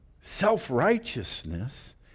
Self-righteousness